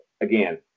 again